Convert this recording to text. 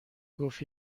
گفت